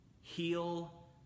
heal